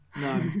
No